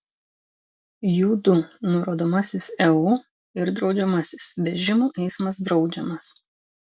jų du nurodomasis eu ir draudžiamasis vežimų eismas draudžiamas